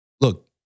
Look